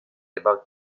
about